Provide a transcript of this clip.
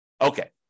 Okay